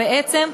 בעצם,